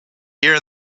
here